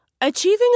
Achieving